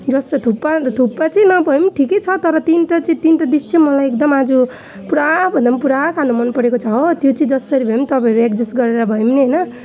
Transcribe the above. जस्तो थुक्पा अन्त थुक्पा चाहिँ नभए पनि ठिकै छ तर तिनवटा चाहिँ तिनवटा डिस चाहिँ मलाई एकदम आज पुरा भन्दा पनि पुरा खानु मनपरेको छ हो त्यो चाहिँ जसरी भए पनि तपाईँहरू एडजस्ट गरेर भए नि होइन